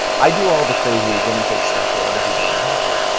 i do all the crazy guinea pig stuff so that other people don't have to.